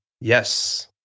yes